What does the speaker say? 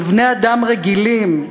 לבני-אדם רגילים,